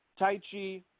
Taichi